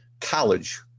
College